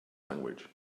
language